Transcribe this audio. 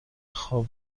خواب